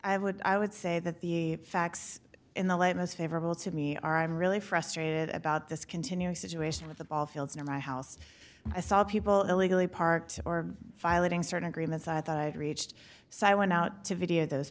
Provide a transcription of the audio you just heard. i would i would say that the facts in the light most favorable to me are i'm really frustrated about this continuing situation with the ball fields near my house i saw people illegally parked or filing certain agreements i thought i had reached so i went out to video those